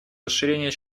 расширение